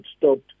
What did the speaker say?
stopped